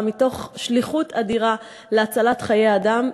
מתוך תחושת שליחות אדירה להציל חיי אדם,